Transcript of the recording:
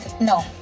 no